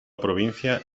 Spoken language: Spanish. provincia